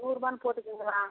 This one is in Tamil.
நூரூபா போட்டுக்குங்வீங்களா